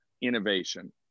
innovation